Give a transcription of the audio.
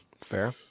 Fair